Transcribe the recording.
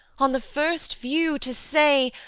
on the first view, to say,